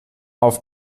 auf